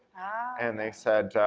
and they said,